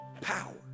power